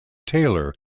taylor